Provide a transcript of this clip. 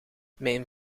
mijn